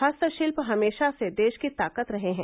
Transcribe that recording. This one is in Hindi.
हस्तशिल्प हमेशा से देश की ताकत रहे है